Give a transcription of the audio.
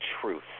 Truth